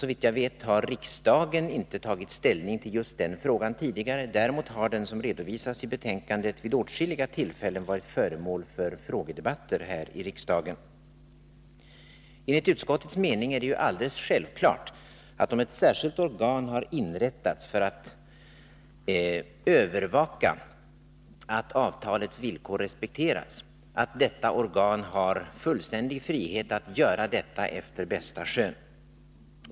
Såvitt jag vet har riksdagen inte tagit ställning till just den frågan tidigare. Däremot har den, som redovisats i betänkandet, vid åtskilliga tillfällen varit föremål för frågedebatter här i riksdagen. Om ett särskilt organ har inrättats för att övervaka att avtalens villkor respekteras, är det enligt utskottets mening alldeles självklart att detta organ har frihet att göra detta efter bästa skön.